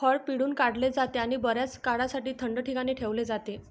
फळ पिळून काढले जाते आणि बर्याच काळासाठी थंड ठिकाणी ठेवले जाते